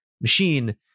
machine